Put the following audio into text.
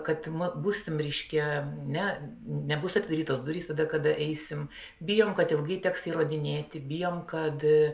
kad mat būsime reiškia ne nebus atidarytos durys tada kada eisim bijom kad ilgai teks įrodinėti bijom kad